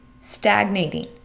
stagnating